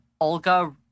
Olga